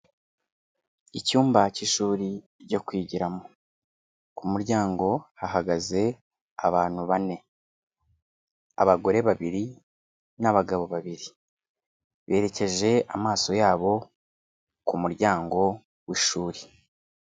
Icyumba cy'ishuri ryo kwigiramo. Ku muryango hahagaze abantu bane. Abagore babiri n'abagabo babiri. Berekeje amaso yabo ku muryango w'ishuri.